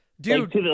dude